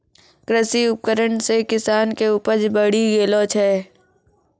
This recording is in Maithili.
कृषि उपकरण से किसान के उपज बड़ी गेलो छै